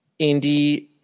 indie